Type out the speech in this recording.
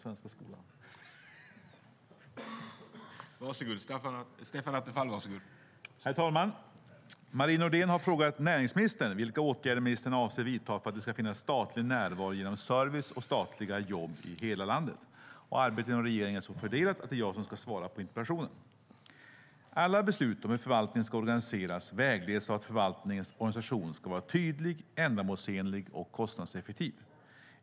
Herr talman! Marie Nordén har frågat näringsministern vilka åtgärder ministern avser att vidta för att det ska finnas statlig närvaro genom service och statliga jobb i hela landet Arbetet inom regeringen är så fördelat att det är jag som ska svara på interpellationen. Alla beslut om hur förvaltningen ska organiseras vägleds av att förvaltningens organisation ska vara tydlig, ändamålsenlig och kostnadseffektiv.